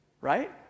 Right